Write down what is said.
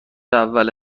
اول